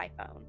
iPhone